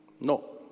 No